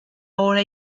hora